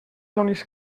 donis